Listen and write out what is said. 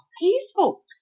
peaceful